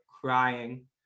crying